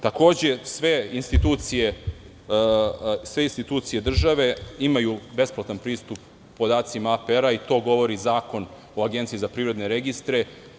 Takođe, sve institucije države imaju besplatan pristup podacima APR i to govori Zakon o agenciji za privredne registre.